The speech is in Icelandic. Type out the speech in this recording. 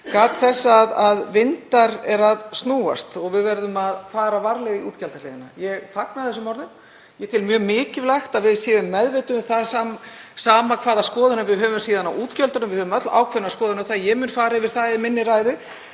gat þess að vindar væru að snúast og að við yrðum að fara varlega á útgjaldahliðinni. Ég fagna þeim orðum. Ég tel mjög mikilvægt að við séum meðvituð um það, sama hvaða skoðanir við höfum síðan á útgjöldunum. Við höfum öll ákveðnar skoðanir á þeim og ég mun fara yfir það í ræðu minni.